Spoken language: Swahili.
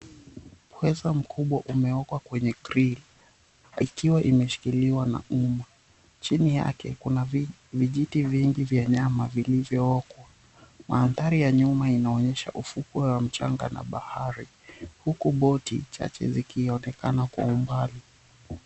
Pweza mkubwa umeokwa kwenye grili akiwa imeshikiliwa na umma. Chini yake kuna vijiti vingi vya nyama vilivyookwa. Mandhari yanaonyesha ufukwe wa mchanga na bahari huku boti chache zikionekana kwa umbali.